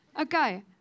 Okay